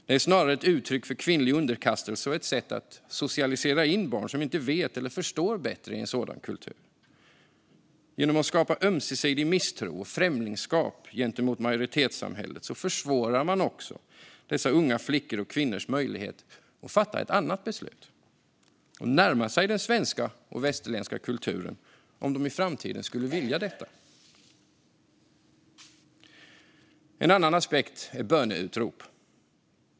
Det är snarare ett uttryck för kvinnlig underkastelse och ett sätt att socialisera in barn som inte vet eller förstår bättre i en sådan kultur. Genom att skapa ömsesidig misstro och främlingskap gentemot majoritetssamhället försvårar man också dessa unga flickors och kvinnors möjlighet att fatta ett annat beslut och närma sig den svenska och västerländska kulturen - om de i framtiden skulle vilja detta. En annan aspekt är böneutrop.